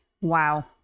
Wow